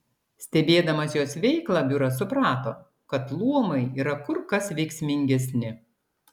stebėdamas jos veiklą biuras suprato kad luomai yra kur kas veiksmingesni